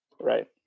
Right